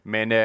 Men